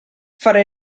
fare